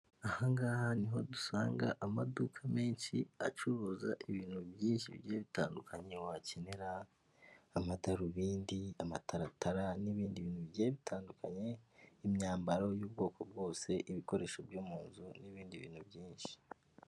Ahangaha niho dusanga amaduka menshi, acuruza ibintu byinshi bitandukanye wakenera: amadarubindi, amataratara n'ibindi bintu bigiye bitandukanye, imyambaro y'ubwoko bwose, ibikoresho byo mu nzu n'ibindi bintu byinshi.